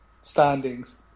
standings